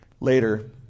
later